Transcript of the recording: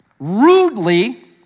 rudely